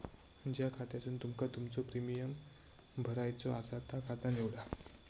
ज्या खात्यासून तुमका तुमचो प्रीमियम भरायचो आसा ता खाता निवडा